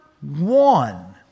one